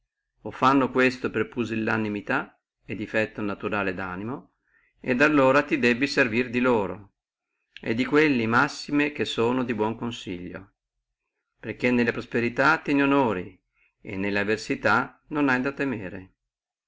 o fanno questo per pusillanimità e defetto naturale danimo allora tu ti debbi servire di quelli massime che sono di buono consiglio perché nelle prosperità te ne onori e nelle avversità non hai da temerne